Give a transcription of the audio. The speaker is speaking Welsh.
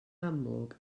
amlwg